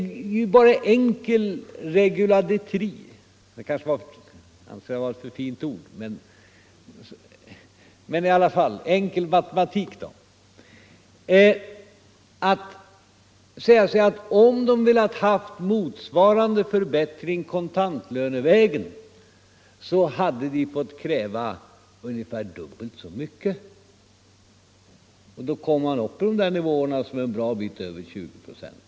Med enkel reguladetri — det kanske var ett för fint ord; enkel matematik då — kan man säga att om de hade velat ha motsvarande förbättringar kontantlönevägen, så hade de fått kräva ungefär dubbelt så mycket. Då kommer man upp till de där nivåerna på en bra bit över 20 procent.